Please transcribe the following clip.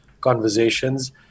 conversations